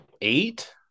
eight